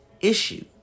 issue